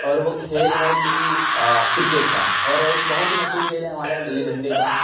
اور وہ کھیل ہے کہ آ کرکٹ کا اور ایک بہت ہی مشہور کھیل ہے ہمارے یہاں گِلی ڈنڈے کا